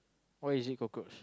why is it cockroach